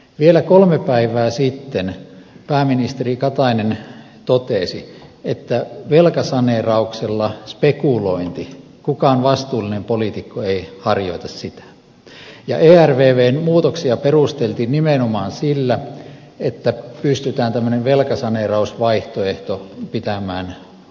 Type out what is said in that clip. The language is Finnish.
vielä kolme päivää sitten pääministeri katainen totesi että velkasaneerauksella spekulointia kukaan vastuullinen poliitikko ei harjoita ja ervvn muutoksia perusteltiin nimenomaan sillä että pystytään tämmöinen velkasaneerausvaihtoehto pitämään poissa